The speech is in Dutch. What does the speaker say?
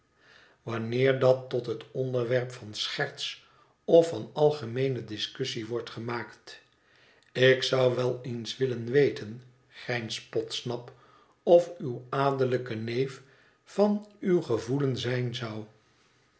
wanneer dat tot het onderwerp van scherts of van algemeene discussie wordt gemaakt ik zou wel eens willen weten grijnst podsnap of uw adellijke neef van uw gevoelen zijn zou